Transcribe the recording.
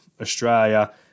Australia